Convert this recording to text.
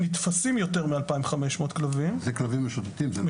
אני יודע שנתפסים יותר מ-2,500 כלבים משוטטים.